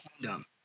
kingdom